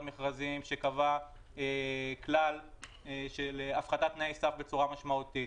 מכרזים שקבעה כלל של הפחתת תנאי סף בצורה משמעותית,